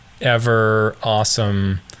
ever-awesome